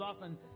often